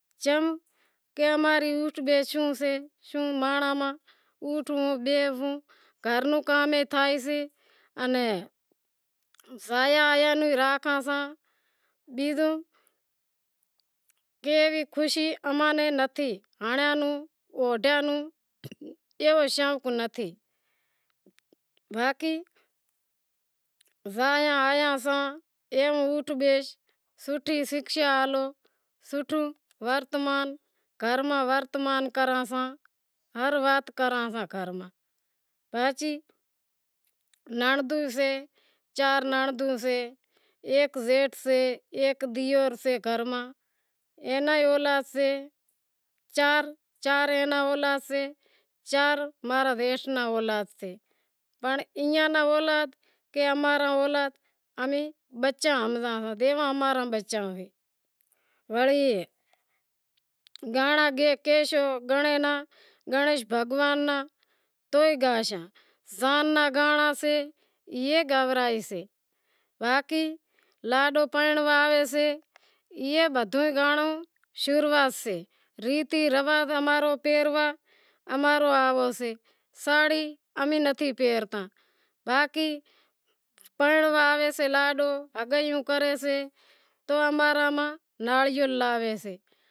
شوں کہ ماں ری اوٹھ بھینڑوں سے زایا آیا نوں بھی راکھاں ساں، ایوی خوشی اماں نیں نتھی کھاواں نوں اوڈھیاں نوں ایوو شوق نتھی۔ گانڑاں کہیسشو گنڑیش بھگوان نا ای بھی گاشاں، زان را بھی گاشاں باقی لاڈو پرنڑوا آئیسے ای بدہو ئی گانڑو شروعات سے ریتی راز پہروا اماں رو ایوو سے ساڑہی امیں نتھی پہرتا باقی پرنڑوا آوے سے لاڈو تو امارا ماں ناڑیل لاوے سے ای بدہو ئی گانڑو شروعات سے